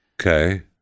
Okay